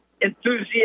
enthusiasm